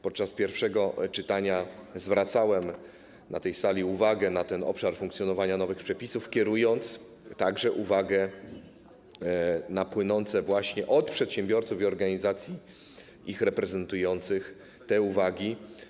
Podczas pierwszego czytania zwracałem na tej sali uwagę na ten obszar funkcjonowania nowych przepisów, kierując uwagę właśnie na płynące od przedsiębiorców i organizacji ich reprezentujących uwagi.